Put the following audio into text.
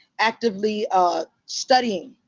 actively studying.